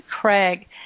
Craig